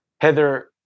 Heather